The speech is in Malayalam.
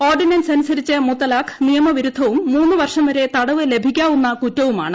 ഓർഡിനൻസ് അനുസരിച്ച് മുത്തലാഖ് നിയമവിരുദ്ധവും മൂന്നു വർഷം വരെ തടവു ലഭിക്കാവുന്ന കുറ്റവുമാണ്